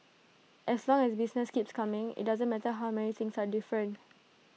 as long as business keeps coming IT doesn't matter how many things are different